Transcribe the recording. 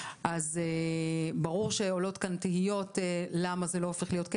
אז ברור שעולות כאן תהיות למה זה לא הופך להיות חוק